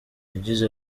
yagize